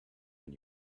when